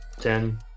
ten